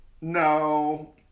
No